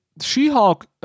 She-Hulk